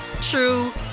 true